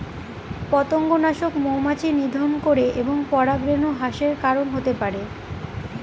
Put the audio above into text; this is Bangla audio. পতঙ্গনাশক মৌমাছি নিধন করে এবং পরাগরেণু হ্রাসের কারন হতে পারে